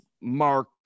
mark